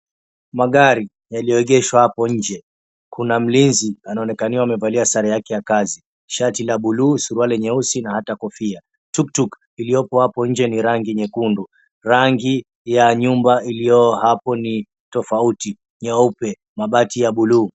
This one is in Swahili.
Magari yaliyoegeshwa hapo inje kuna mlinzi anaonekana amevalia sare yake ya kazi shati la bluu, suruali nyeusi na hata kofia. Tuktuku iliyopo hapo inje ni rangi nyekundu , rangi ya nyumba iliyo hapo ni tofauti , nyeupe mabati ya bluu.